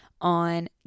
on